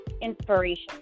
inspiration